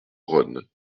rhône